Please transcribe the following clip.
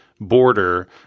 border